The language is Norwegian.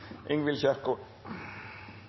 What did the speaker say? Ingvild Kjerkol